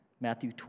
Matthew